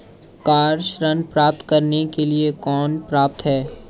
Car ऋण प्राप्त करने के लिए कौन पात्र है?